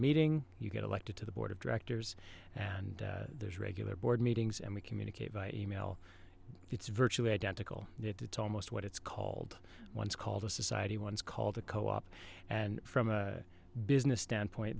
meeting you get elected to the board of directors and there's regular board meetings and we communicate via email it's virtually identical it's almost what it's called once called a society one is called a co op and from a business standpoint